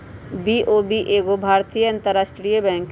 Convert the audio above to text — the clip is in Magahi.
बी.ओ.बी एगो भारतीय अंतरराष्ट्रीय बैंक हइ